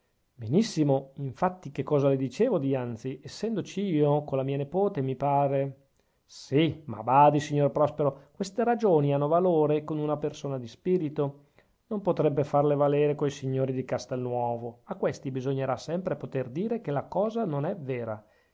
benissimo infatti che cosa le dicevo dianzi essendoci io colla mia nepote mi pare sì ma badi signor prospero queste ragioni hanno valore con una persona di spirito non potrebbe farle valere coi signori di castelnuovo a questi bisognerà sempre poter dire che la cosa non è vera